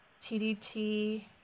TDT